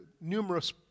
numerous